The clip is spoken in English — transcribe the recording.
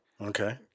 Okay